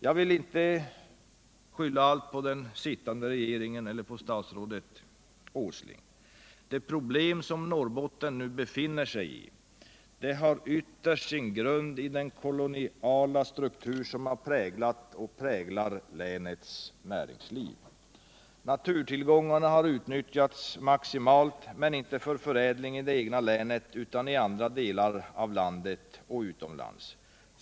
| Jag vill inte skylla allt på den sittande regeringen eller på statsrådet Åsling. Den situation som Norrbotten nu befinner sig i har ytterst sin grund i den koloniala struktur som har präglat och präglar länets näringsliv. Naturtillgångarna har utnyttjats maximalt, men inte för förädling i det egna länet utan den har gjorts i andra delar av landet och utomlands.